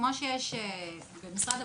כמו שיש למשל במשרד הבריאות,